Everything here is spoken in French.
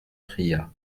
priya